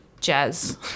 jazz